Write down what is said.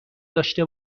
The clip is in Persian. داشته